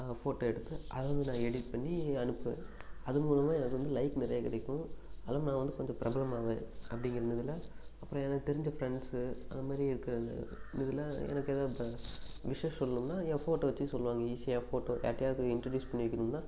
photo எடுத்து அதை வந்து நான் எடிட் பண்ணி அனுப்புவேன் அது மூலமாக எனக்கு வந்து லைக் நிறைய கிடைக்கும் அதுவும் நான் வந்து கொஞ்சம் பிரபலமாவேன் அப்படிங்குற இதில் அப்புறம் எனக்கு தெரிஞ்ச ஃப்ரெண்ட்ஸு அது மாரி இருக்கிற இதில் எனக்கு எதாவது ப விஷ்ஷஸ் சொல்லணும்ன்னா என் ஃபோட்டோ வச்சு சொல்லுவாங்க ஈஸியாக ஃபோட்டோ யார்டையாவது இன்ட்ரோடியூஸ் பண்ணி வைக்கணுமுன்னா